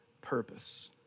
purpose